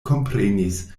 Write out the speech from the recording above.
komprenis